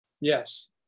Yes